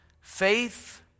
Faith